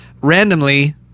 randomly